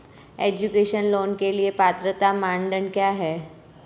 Education loan के लिए पात्रता मानदंड क्या है?